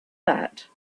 that